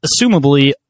assumably